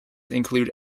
include